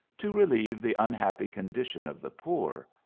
to relieve the unhappy condition of the poor,